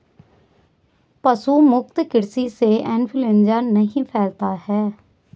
पशु मुक्त कृषि से इंफ्लूएंजा नहीं फैलता है